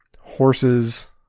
horses